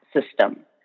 system